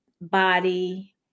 body